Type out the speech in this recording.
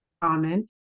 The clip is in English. common